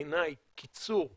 בעיניי קיצור ביומיים,